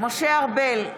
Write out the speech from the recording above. משה ארבל,